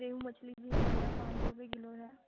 ریہو مچھلی بھی ہمارے یہاں پانچ سو روپیے کلو ہے